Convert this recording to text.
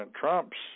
Trump's